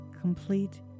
complete